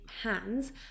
hands